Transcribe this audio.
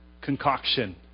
concoction